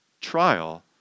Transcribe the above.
trial